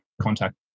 contact